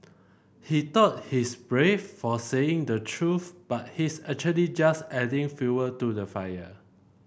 he thought he's brave for saying the truth but he's actually just adding fuel to the fire